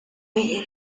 media